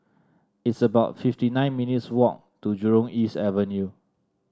it's about fifty nine minutes' walk to Jurong East Avenue